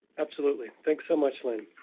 absolutely. thanks so much, lynn.